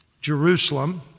Jerusalem